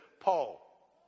Paul